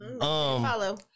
follow